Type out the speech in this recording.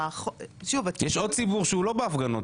יש עוד ציבור שהוא לא בהפגנות,